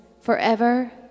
forever